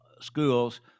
schools